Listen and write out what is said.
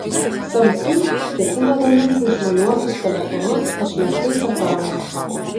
samsung ketina gaminti išmaniuosius telefonus išlenktais ekranais